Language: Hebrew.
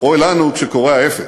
אוי לנו כשקורה ההפך.